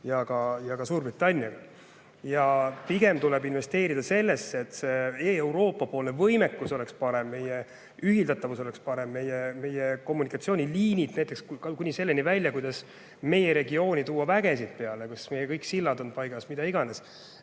ja Suurbritanniaga. Pigem tuleb investeerida sellesse, et see Euroopa võimekus oleks parem, et meie ühildatavus oleks parem, et meie kommunikatsiooniliinid oleksid paremad. Seda kuni selleni välja, kuidas meie regiooni tuua vägesid peale, kas meie kõik sillad on paigas või mida iganes.